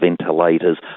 ventilators